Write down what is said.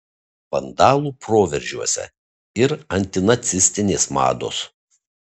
vandalų proveržiuose ir antinacistinės mados